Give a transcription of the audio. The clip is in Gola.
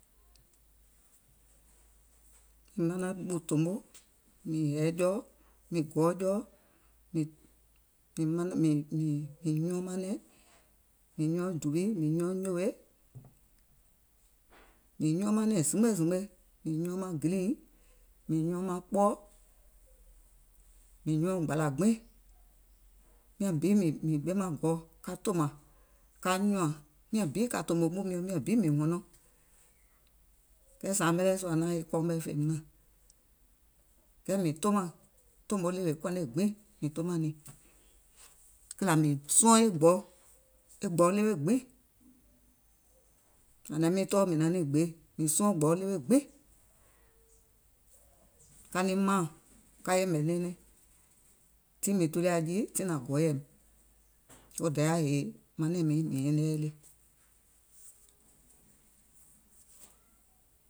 Mìŋ manaŋ ɓù tòmo, mìŋ hɛɛ jɔɔ, mìŋ gɔɔ jɔɔ, mìŋ mìŋ mìŋ nyuɔŋ maŋ nɛ̀ŋ, mìŋ nyuɔŋ dùwii, mìŋ nyuɔŋ nyòwe, mìŋ nyuɔŋ manɛ̀ŋ zimgbe zimgbe, mìŋ nyuɔŋ maŋ gilììŋ, mìŋ nyuɔŋ maŋ kpɔɔ̀, mìŋ nyuɔŋ gbȧla gbiŋ. Miȧŋ bi mìŋ ɓemȧŋ go ka tòmȧŋ, ka nyùàŋ. Miàŋ bi kȧ tòmò ɓù miɔ̀ŋ, miȧŋ bi mìŋ hɔnɔŋ. Kɛɛ sȧȧmɛlɛɛ̀ sùà naàŋ e kɔɔ mɛ̀ fèìm naȧŋ. Kɛɛ mìŋ tomȧŋ, tòmo ɗèwè kɔnè gbiŋ, mìŋ tomàŋ nìŋ. Kìlà mìŋ suɔŋ e gbɔ̀u, e gbɔ̀u ɗewe gbiŋ, ȧŋ naŋ miŋ tɔɔ̀, mìŋ naŋ niŋ gbeè, mìŋ suɔŋ gbɔ̀u ɗewe gbiŋ, ka niŋ maȧŋ ka yɛ̀mɛ̀ nɛɛnɛŋ, tiŋ miŋ tulià jii tiŋ nȧŋ gɔɔyɛ̀ìm, wo Dayȧ yèè manɛ̀ŋ miiŋ mìŋ nyɛnɛŋ yɛi le.